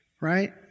right